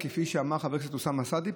כפי שאמר חבר הכנסת אוסאמה סעדי,